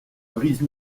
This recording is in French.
brise